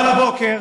אבל הבוקר,